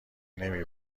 نمی